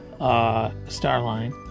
Starline